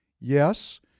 Yes